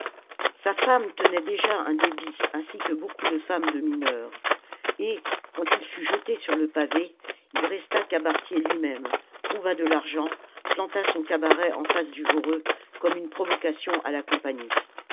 sa femme tenait déjà un débit ainsi que beaucoup de femmes de mineurs et quand il fut jeté sur le pavé il resta cabaretier lui-même trouva de l'argent planta son cabaret en face du voreux comme une provocation à la compagnie